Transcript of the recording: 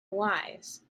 wise